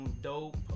dope